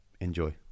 enjoy